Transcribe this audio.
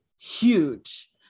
huge